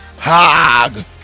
HOG